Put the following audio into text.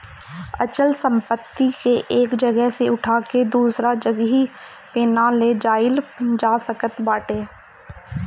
अचल संपत्ति के एक जगह से उठा के दूसरा जगही पे ना ले जाईल जा सकत बाटे